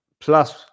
Plus